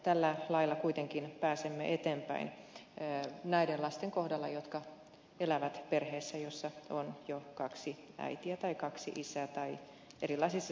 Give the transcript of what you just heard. tällä lailla kuitenkin pääsemme eteenpäin näiden lasten kohdalla jotka elävät perheessä jossa on jo kaksi äitiä tai kaksi isää tai erilaisissa sateenkaariperheissä